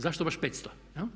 Zašto baš 500?